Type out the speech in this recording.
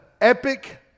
epic